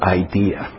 idea